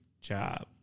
job